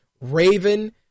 raven